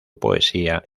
poesía